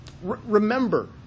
Remember